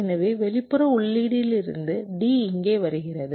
எனவே வெளிப்புற உள்ளீட்டிலிருந்து D இங்கே வருகிறது